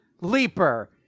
Leaper